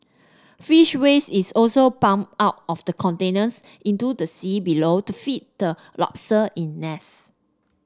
fish waste is also pumped out of the containers into the sea below to feed the lobster in nets